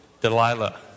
Delilah